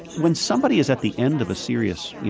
when somebody is at the end of a serious yeah